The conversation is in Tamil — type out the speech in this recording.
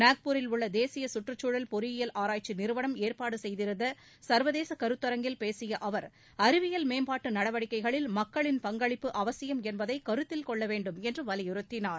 நாக்பூரில் உள்ள தேசிய சுற்றுச்சூழல் பொறியியல் ஆராய்ச்சி நிறுவனம் ஏற்பாடு செய்திருந்த சா்வதேச கருத்தரங்கில் பேசிய அவா் அறிவியல் மேம்பாட்டு நடவடிக்கைகளில் மக்களின் பங்களிப்பு அவசியம் என்பதை கருத்தில் கொள்ள வேண்டும் என்று வலியுறுத்தினார்